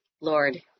Lord